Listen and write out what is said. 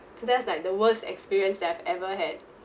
so that's like the worst experience that I've ever had